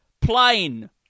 plain